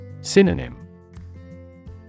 Synonym